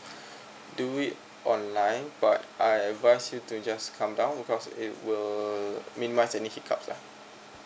do it online but I'll advise you to just come down because it will uh minimize any hiccups lah